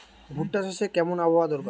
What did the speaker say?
ভুট্টা চাষে কেমন আবহাওয়া দরকার?